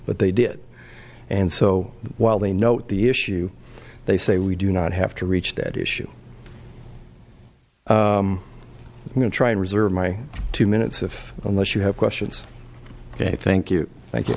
but they did and so while they note the issue they say we do not have to reach that issue i'm going to try and reserve my two minutes of unless you have questions ok thank you thank you